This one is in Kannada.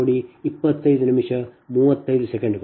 2916 0